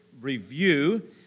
review